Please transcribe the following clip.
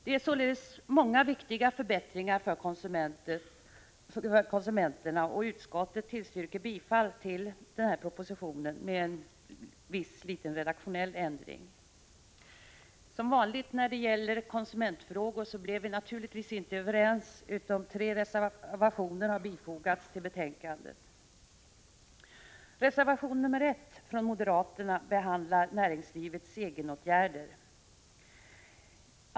Det gäller således många viktiga förbättringar för konsumenterna, och utskottet tillstyrker bifall till propositionen med en viss redaktionell ändring. Som vanligt när det gäller konsumentfrågorna blev vi naturligtvis inte överens, utan tre reservationer har fogats till betänkandet. I reservation nr 1 av moderaterna behandlas näringslivets egenåtgärder.